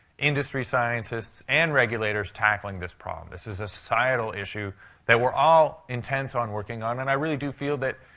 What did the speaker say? industry scientists, and regulators tackling this problem. this is a societal issue that we're all intent on working on. and i really do feel that,